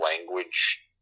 language